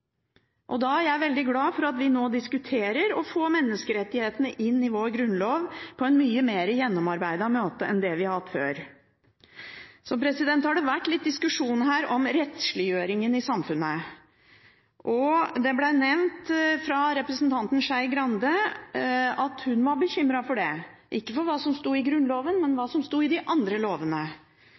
ha. Da er jeg veldig glad for at vi nå diskuterer å få menneskerettighetene inn i vår grunnlov på en mye mer gjennomarbeidet måte enn det vi har hatt før. Så har det vært litt diskusjon her om rettsliggjøringen i samfunnet. Representanten Skei Grande var bekymret for det – ikke for hva som sto i Grunnloven, men for hva som sto i de andre lovene.